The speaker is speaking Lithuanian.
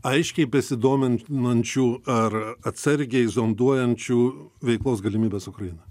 aiškiai besidominančių ar atsargiai zonduojančių veiklos galimybes ukrainoj